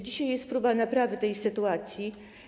Dzisiaj jest próba naprawy tej sytuacji.